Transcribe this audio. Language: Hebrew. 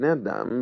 בני אדם,